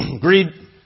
Greed